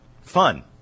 fun